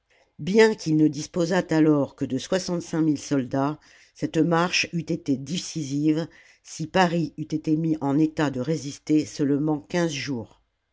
bien qu'il ne disposât alors que de soixante-cinq mille soldats cette marche eût été décisive si paris eût été mis en état de résister seulement quinze jours